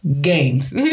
games